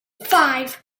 five